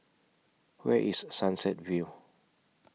Where IS Sunset View